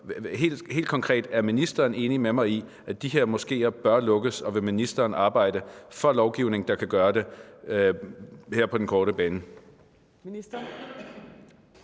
Helt konkret: Er ministeren enig med mig i, at de her moskeer bør lukkes, og vil ministeren arbejde for en lovgivning, der kan gøre det her på den korte bane? Kl.